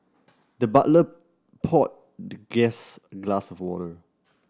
the butler poured the guest a glass of water